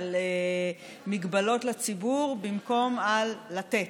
על מגבלות לציבור במקום על לתת.